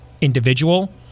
individual